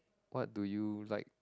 what do you like